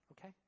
okay